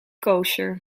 koosjer